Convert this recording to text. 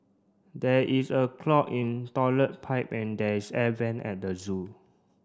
there is a clog in toilet pipe and there is air vent at the zoo